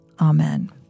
Amen